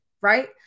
right